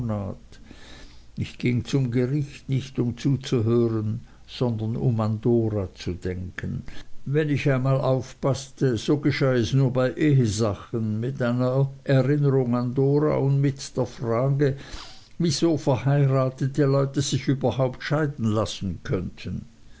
ich ging zum gericht nicht um zuzuhören sondern um an dora zu denken wenn ich einmal aufpaßte so geschah es nur bei ehesachen mit einer erinnerung an dora und mit der frage wieso verheiratete leute sich überhaupt scheiden lassen könnten